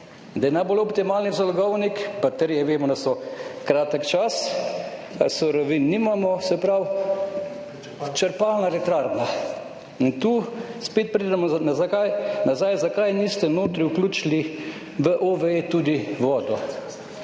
da je najbolj optimalen zalogovnik – pa trije vemo, da so kratek čas, surovin nimamo, se pravi – črpalna elektrarna. In tu spet pridemo nazaj, zakaj niste vključili noter v OVE tudi vode.